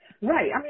Right